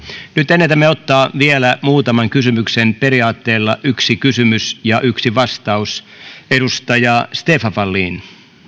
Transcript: nyt ennätämme ottaa vielä muutaman kysymyksen periaatteella yksi kysymys ja yksi vastaus edustaja stefan wallin